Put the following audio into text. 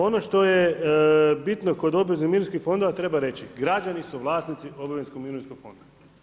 Ono što je bitno kod obveznih mirovinskih fondova, treba reći, građani su vlasnici obveznih mirovinskog fonda.